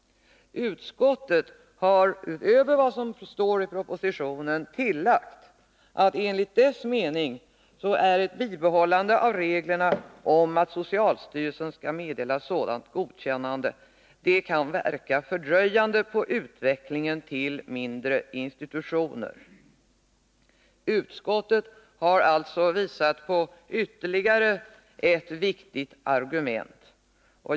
Utskottet har utöver vad som står i propositionen tillagt att enligt dess mening ett bibehållande av reglerna om att socialstyrelsen skall meddela sådant godkännande kan verka fördröjande på utvecklingen till mindre institutioner. Uskottet har alltså visat på ytterligare ett viktigt argument.